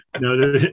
No